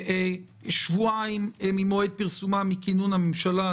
שבועיים ממועד פרסומה, מכינון הממשלה.